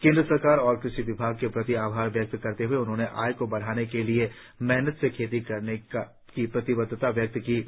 केंद्र सरकार और कृषि विभाग के प्रति आभार व्यक्त करते हए उन्होंने आय को बढ़ाने के लिए मेहनत से खेती करने की प्रतिबद्धता व्यक्त की है